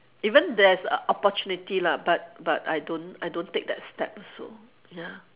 even there's a opportunity lah but but I don't I don't take that step so ya